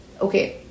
Okay